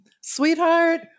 Sweetheart